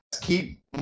keep